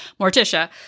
morticia